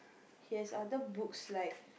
he has other books like